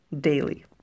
daily